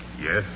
Yes